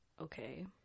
Okay